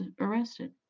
arrested